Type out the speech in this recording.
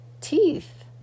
teeth